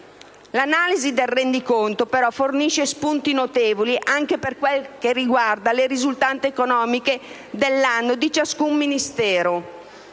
L'analisi del rendiconto però fornisce spunti notevoli anche per quel che riguarda le risultanze economiche dell'anno di ciascun Ministero,